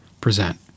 present